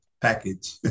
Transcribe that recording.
package